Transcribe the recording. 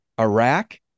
Iraq